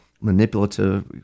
manipulative